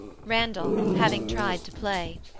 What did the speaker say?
randall having tried to play.